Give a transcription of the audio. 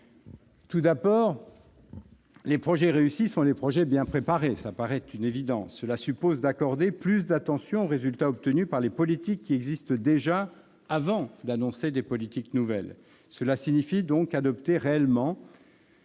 Tout d'abord, les projets réussis sont les projets bien préparés, c'est une évidence. Cela suppose d'accorder plus d'attention aux résultats obtenus au travers des politiques qui existent déjà avant d'annoncer des politiques nouvelles. Cela signifie donc adopter réellement,